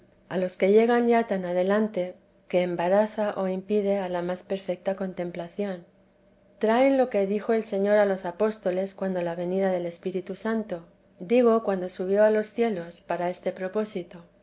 a los que llegan ya teresa de ji s tan adelante que embaraza o impide a la más perfecta contemplación traen lo que dijo el señor a los apóstoles cuando la venida del espíritu santo digo cuando subió a los cielos para este propósito